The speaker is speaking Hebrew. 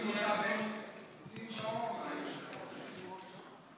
היושב-ראש, לא שומעים אותה.